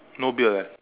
no beard leh